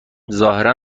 ظاهرا